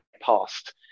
past